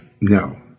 No